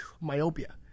myopia